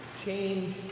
change